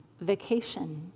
Vacation